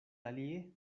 alie